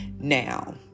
now